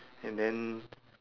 and then